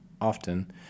often